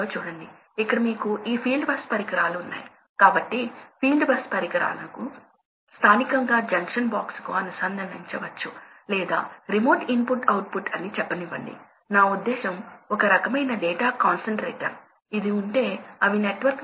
కాబట్టి మీరు దీన్ని ఎలా చేస్తారు కాబట్టి ఇది సాధారణంగా జరుగుతుంది ఇది ఒక విలక్షణమైన సందర్భం మనం దీనిని సిస్టమ్ లోడ్ ప్రొఫైల్ అని పిలుస్తున్నాము అంటే లోడ్ ద్వారా కనెక్ట్ చేసిన సిస్టమ్ అని అర్థం